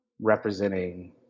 representing